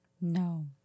No